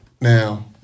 now